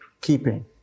keeping